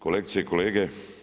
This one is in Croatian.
Kolegice i kolege.